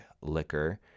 liquor